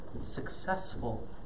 successful